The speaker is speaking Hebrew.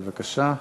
בבקשה.